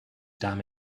damn